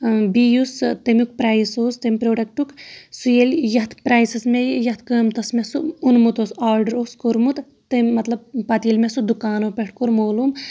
بیٚیہِ یُس سُہ تَمیُک پرایِس تَمہِ پرٛوڈَکٹُک سُہ ییٚلہِ یَتھ پرٛایسَس مےٚ یہِ یَتھ قۭمتَس مےٚ سُہ اوٚنمُت اوس آرڈر اوس کوٚرمُت تٔمۍ مطلب پَتہٕ ییٚلہِ مےٚ سُہ دُکانو پٮ۪ٹھ کوٚر مولوٗم